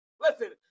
listen